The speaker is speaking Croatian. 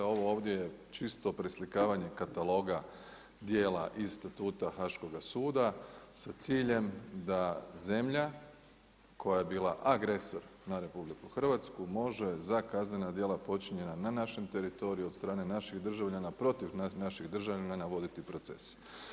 A ovo ovdje je čisto preslikavanje kataloga djela iz Statuta Haaškoga suda sa ciljem da zemlja koja je bila agresor na RH može za kaznena djela počinjena na našem teritoriju od strane naših državljana protiv naših državljana voditi proces.